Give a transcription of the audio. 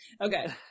Okay